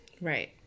Right